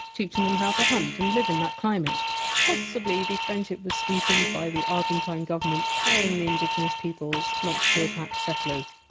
teaching them how to hunt and live in that climate possibly the friendship was sweetened by the argentine government paying the indigenous peoples not to attack settlers.